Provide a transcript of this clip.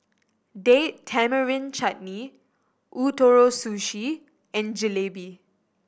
Date Tamarind Chutney Ootoro Sushi and Jalebi